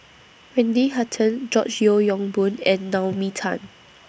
Wendy Hutton George Yeo Yong Boon and Naomi Tan